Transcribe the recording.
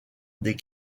des